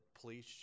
police